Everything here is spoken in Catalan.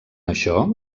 això